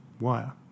wire